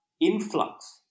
influx